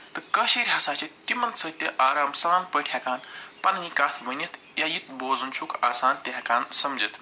تہٕ کٲشِر ہَسا چھِ تِمن سۭتۍ تہِ آرام سان پٲٹھۍ ہٮ۪کان پنٕنہِ کَتھ ؤنِتھ ییٚلہِ یہِ بوزُن چھُکھ آسان تہِ ہٮ۪کان سمجِتھ